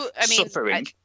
suffering